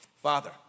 Father